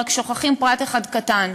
ורק שוכחים פרט אחד קטן,